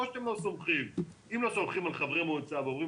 אם לא סומכים על חברי מועצה ואומרים